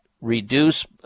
reduce